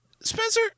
Spencer